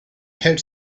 had